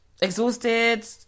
exhausted